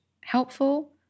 helpful